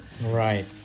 Right